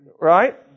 right